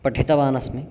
पठितवान् अस्मि